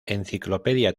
enciclopedia